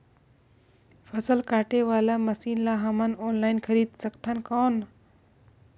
फसल काटे वाला मशीन ला हमन ऑनलाइन खरीद सकथन कौन?